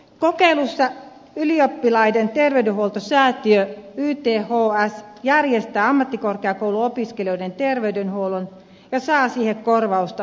kokeilussa ylioppilaiden terveydenhoitosäätiö yths järjestää ammattikorkeakouluopiskelijoiden terveydenhuollon ja saa siihen korvausta sairausvakuutuksesta